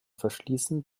verschließen